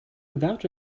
without